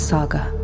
Saga